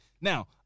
Now